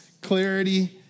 clarity